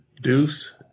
Deuce